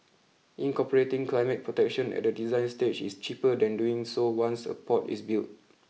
incorporating climate protection at the design stage is cheaper than doing so once a port is built